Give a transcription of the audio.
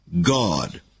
God